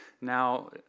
now